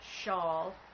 shawl